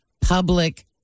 public